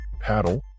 paddle